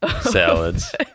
salads